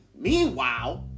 meanwhile